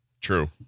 true